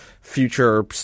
future